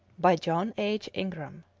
by john h. ingram.